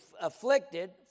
afflicted